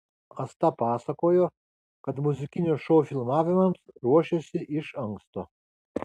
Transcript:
asta pasakojo kad muzikinio šou filmavimams ruošėsi iš anksto